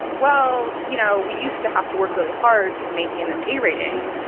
well, you know, we used to have to work really hard to maintain this a rating.